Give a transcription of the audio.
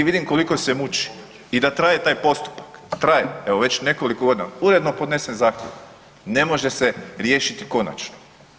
I vidim koliko se muči i da traje taj postupak, traje evo nekoliko godina, uredno podnesen zahtjev ne može se riješiti konačno.